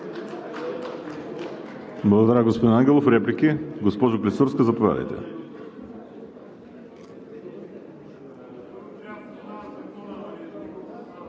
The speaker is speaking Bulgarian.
Благодаря, господин Ангелов. Реплики? Госпожо Клисурска, заповядайте.